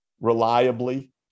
reliably